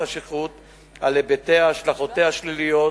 השכרות על היבטיה והשלכותיה השליליות,